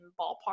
ballpark